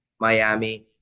Miami